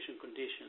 conditions